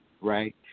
right